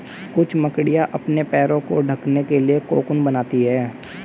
कुछ मकड़ियाँ अपने पैरों को ढकने के लिए कोकून बनाती हैं